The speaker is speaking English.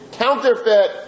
counterfeit